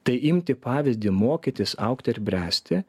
tai imti pavyzdį mokytis augti ir bręsti